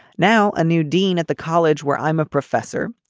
now a new dean at the college where i'm a professor,